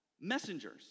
messengers